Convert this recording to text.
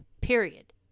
Period